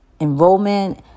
enrollment